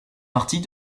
partie